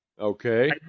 Okay